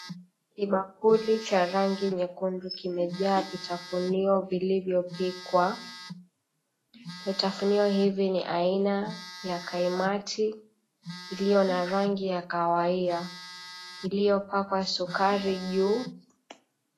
Kibakuli cha rangi nyekundu kimejaa vitafunio vilivyopikwa. Vitafunio hivi ni aina ya kaimati iliyo na rangi ya kawahia iliyopakwa sukari juu.